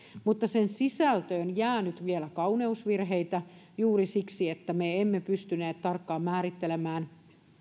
sen sisältöön jää nyt vielä kauneusvirheitä juuri siksi että me emme emme pystyneet tarkkaan määrittelemään